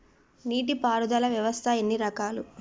నీటి పారుదల వ్యవస్థ ఎన్ని రకాలు?